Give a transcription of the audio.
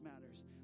matters